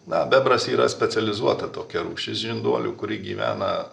na bebras yra specializuota tokia rūšis žinduolių kuri gyvena